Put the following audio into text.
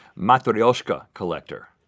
matryoshka collector